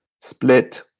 split